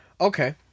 Okay